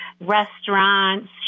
restaurants